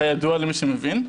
כידוע למי שמבין,